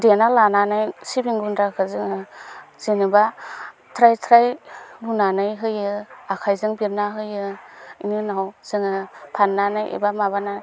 देना लानानै सिबिं गुन्द्राखौ जोङो जेनोबा थ्राय थ्राय लुनानै होयो आखायजों बिरना होयो एनि उनाव जोङो फान्नानै एबा माबाना